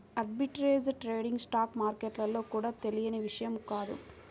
arbitrage trading stock మార్కెట్లలో కూడా తెలియని విషయం కాదు